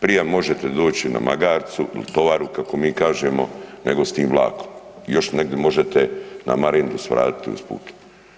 Prije možete doći na magarcu il tovaru kako mi kažemo nego s tim vlakom i još negdje možete na marendu svratiti usput.